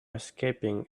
escaping